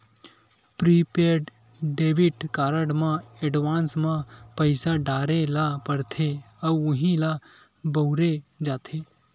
prepaid debit card म advance म पइसा डारे ल परथे अउ उहीं ल बउरे जाथे